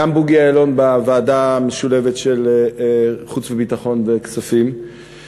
גם בוגי יעלון בוועדה המשולבת של חוץ וביטחון וכספים,